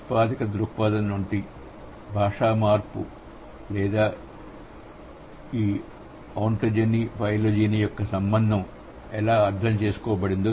ఉత్పాదక దృక్పథం నుండి భాషా మార్పు లేదా ఈ ఒంటొజెని ఫైలోజెని ల యొక్క సంబంధం ఎలా అర్థం చేసుకోబడింది